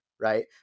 right